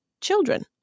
children